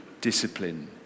discipline